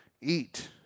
Eat